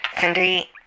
Cindy